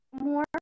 more